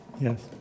Yes